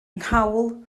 nghawl